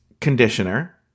conditioner